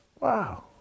Wow